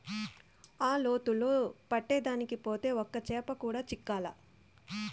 ఆ లోతులో పట్టేదానికి పోతే ఒక్క చేప కూడా చిక్కలా